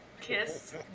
Kiss